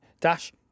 dash